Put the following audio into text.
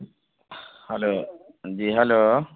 hello جی hello